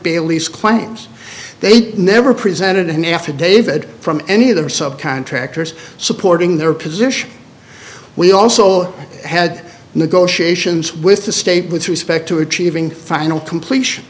bally's claims they never presented an affidavit from any of their subcontractors supporting their position we also had negotiations with the state with respect to achieving final completion